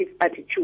attitude